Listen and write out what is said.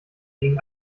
gegen